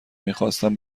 میخواستم